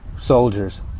soldiers